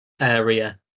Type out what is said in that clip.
area